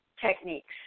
techniques